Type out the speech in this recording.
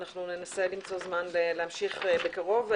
אנחנו ננסה למצוא זמן להמשיך בקרוב.